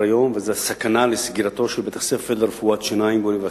סכנת סגירת בית-הספר לרפואת שיניים בתל-אביב,